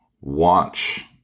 watch